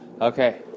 Okay